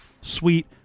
sweet